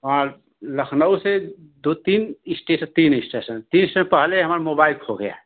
हाल लखनऊ से दो तीन इस्टेशन तीन इस्टेशन तीन इस्टेशन पहले हमारा मोबाईल खो गया